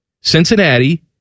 Cincinnati